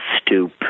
stoop